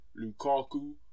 Lukaku